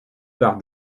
par